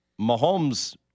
Mahomes